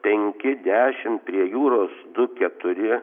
penki dešim prie jūros du keturi